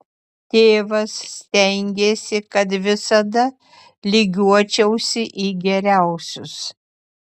tėvas stengėsi kad visada lygiuočiausi į geriausius